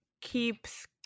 keeps